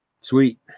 Sweet